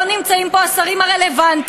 לא נמצאים פה השרים הרלוונטיים